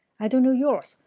i don't know yours,